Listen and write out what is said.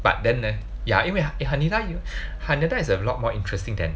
but then leh ya 因为 Haneda 有 Haneda is a lot more interesting than